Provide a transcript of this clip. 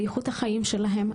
על איכות החיים שלהן,